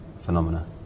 phenomena